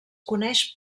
coneix